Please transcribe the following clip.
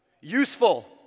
useful